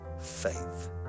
faith